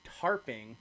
tarping